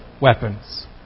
weapons